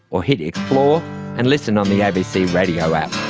or hit explore and listen on the abc radio app